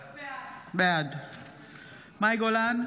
בעד מאי גולן,